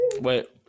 Wait